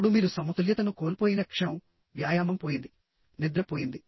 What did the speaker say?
ఇప్పుడు మీరు సమతుల్యతను కోల్పోయిన క్షణం వ్యాయామం పోయింది నిద్ర పోయింది